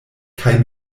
kaj